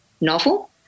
novel